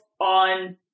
on